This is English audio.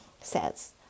Says